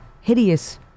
hideous